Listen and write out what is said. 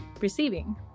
receiving